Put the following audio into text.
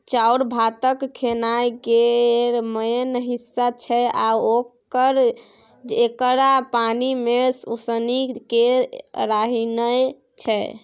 चाउर भारतक खेनाइ केर मेन हिस्सा छै आ लोक एकरा पानि मे उसनि केँ रान्हय छै